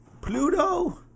Pluto